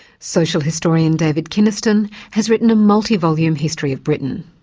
social historian david kynaston has written a multi-volume history of britain.